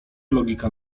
logika